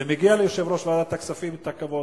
ומגיע ליושב-ראש ועדת הכספים הכבוד.